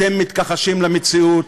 אתם מתכחשים למציאות.